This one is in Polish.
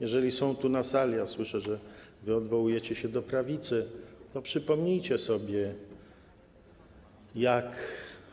Jeżeli są tu na sali głosy przeciwne - a słyszę, że wy odwołujecie się do prawicy - to przypomnijcie sobie, jak